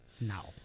Now